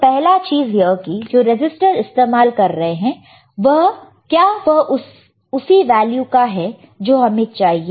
तो पहला चीज यह है कि जो रेसिस्टर इस्तेमाल कर रहे हैं क्या वह उसी वैल्यू का है जो हमें चाहिए